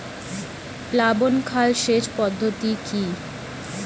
প্লাবন খাল সেচ পদ্ধতি কি?